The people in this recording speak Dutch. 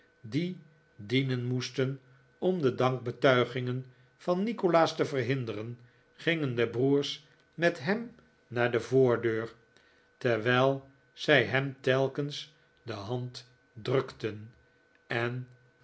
die dienen moesten om de dankbetuigingen van nikolaas te verhinderen gingen de broers met hem naar de voordeur terwijl zij hem telkens de hand drukten en